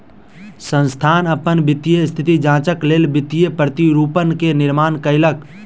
संस्थान अपन वित्तीय स्थिति जांचक लेल वित्तीय प्रतिरूपण के निर्माण कयलक